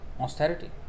austerity